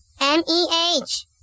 M-E-H